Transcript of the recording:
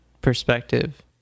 perspective